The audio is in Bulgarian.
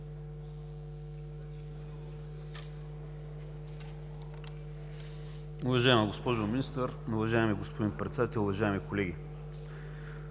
Уважаема госпожо Министър, уважаеми господин Председател, уважаеми колеги!